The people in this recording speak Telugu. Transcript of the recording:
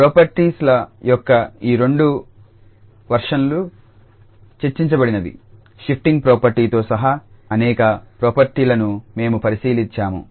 ప్రాపర్టీల యొక్క ఈ రెండు వర్షన్లు చర్చించబడినవి షిఫ్టింగ్ ప్రాపర్టీలతో సహా అనేక ప్రాపర్టీలను మేము పరిశీలించాము